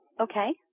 Okay